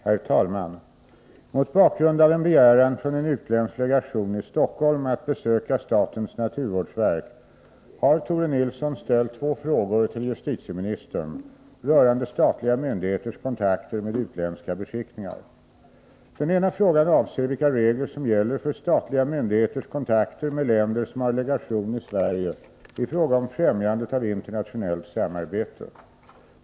Herr talman! Mot bakgrund av en begäran från en utländsk legation i Stockholm att besöka statens naturvårdsverk har Tore Nilsson ställt två frågor till justitieministern rörande statliga myndigheters kontakter med utländska beskickningar. Den ena frågan avser vilka regler som gäller för statliga myndigheters kontakter med länder som har legation i Sverige i frågor om främjandet av internationellt samarbete.